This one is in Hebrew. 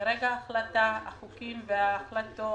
מרגע ההחלטה החוקים וההחלטות,